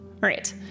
right